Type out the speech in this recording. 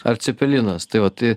ar cepelinas tai vat tai